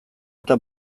eta